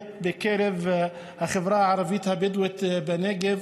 בתחום הזה בקרב החברה הערבית הבדואית בנגב,